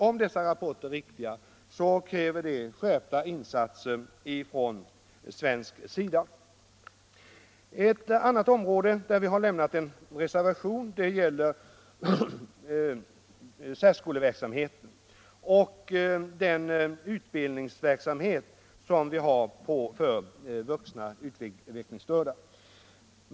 Om dessa rapporter är riktiga krävs skärpta insatser från svensk sida. Ett annat område, där vi avlämnat en reservation, gäller särskoleverksamheten och utbildningsverksamheten för vuxna utvecklingsstörda.